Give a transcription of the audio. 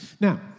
Now